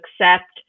accept